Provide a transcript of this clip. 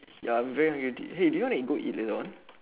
ya I'm very hungry hey do you want to go eat later on